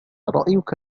رأيك